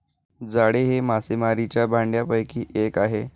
जाळे हे मासेमारीच्या भांडयापैकी एक आहे